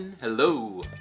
Hello